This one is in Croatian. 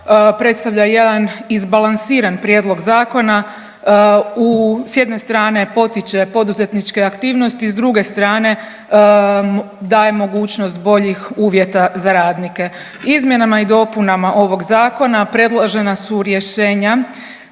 predstavlja jedan izbalansiran prijedlog zakona. S jedne strane potiče poduzetničke aktivnosti, s druge strane daje mogućnost boljih uvjeta za radnike. Izmjenama i dopunama ovog zakona predložena su rješenja